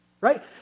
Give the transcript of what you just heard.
Right